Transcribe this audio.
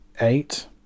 Eight